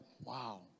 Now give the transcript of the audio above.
wow